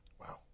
Wow